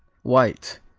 white,